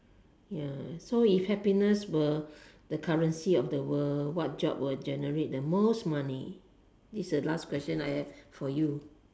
ya so if happiness were the currency of the world what job would generate the most money this is the last question I have for you